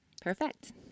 Perfect